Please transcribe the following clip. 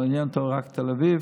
מעניינת אותו רק תל אביב,